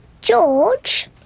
George